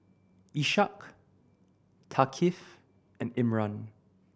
Ishak Thaqif and Imran